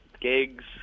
gigs